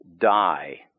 die